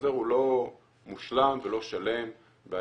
החוזר הוא לא מושלם ולא שלם ואנחנו